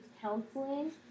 counseling